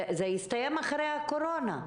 זה יסתיים אחרי הקורונה.